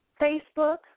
Facebook